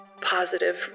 positive